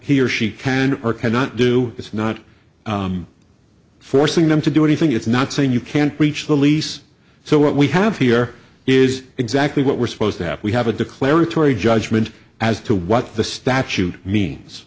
he or she can or cannot do it's not forcing them to do anything it's not saying you can't breach the lease so what we have here is exactly what we're supposed to have we have a declaratory judgment as to what the statute means